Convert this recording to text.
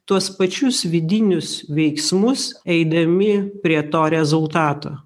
tuos pačius vidinius veiksmus eidami prie to rezultato